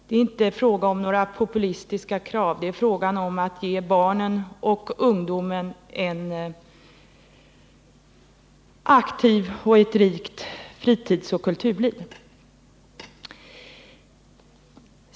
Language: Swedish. Det är inte fråga om några populistiska krav, det är fråga om att ge barn och ungdom ett aktivt och rikt fritidsoch kulturliv.